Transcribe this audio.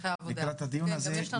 לקראת הדיון הזה,